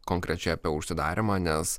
konkrečiai apie užsidarymą nes